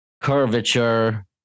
curvature